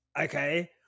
okay